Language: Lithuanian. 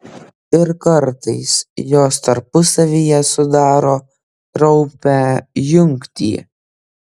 ir kartais jos tarpusavyje sudaro kraupią jungtį